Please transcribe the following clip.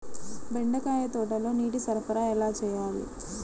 బెండకాయ తోటలో నీటి సరఫరా ఎలా చేయాలి?